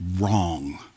wrong